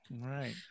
right